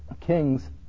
kings